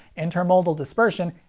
intermodal dispersion,